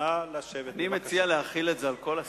אני מציע להחיל את זה על כל השרים,